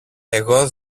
εγώ